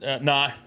No